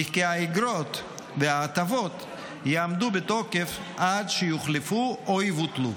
וכי האיגרות וההטבות יעמדו בתוקף עד שיוחלפו או יבוטלו.